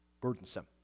burdensome